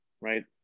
Right